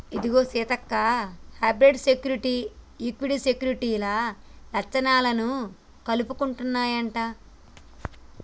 ఇదిగో Seethakka hybrid security, equity సెక్యూరిటీల లచ్చణాలను కలుపుకుంటన్నాయంట